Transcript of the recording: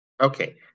Okay